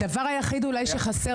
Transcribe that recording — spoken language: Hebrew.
הדבר שאולי שחסר